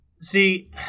see